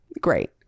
great